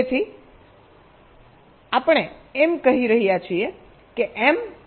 તેથી અમે એમ કહી રહ્યા છીએ કે m n કરતાં ઘણો મોટો છે